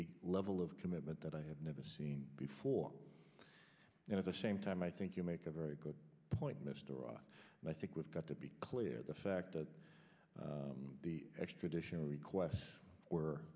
a level of commitment that i have never seen before and at the same time i think you make a very good point mr up and i think we've got to be clear the fact that the extradition requests were